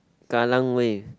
Kallang Wave